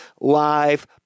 live